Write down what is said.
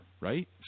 Right